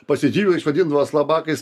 pasidžyvai išvadindavo slabakais